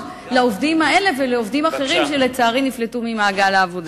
לעובדים האלה ולעובדים אחרים שלצערי נפלטו ממעגל העבודה.